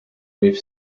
reef